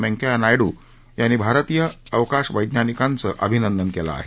व्यंकैया नायडू यांनी भारतीय अवकाश वैज्ञानिकांचं अभिनंदन केलं आहे